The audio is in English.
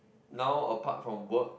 now apart from work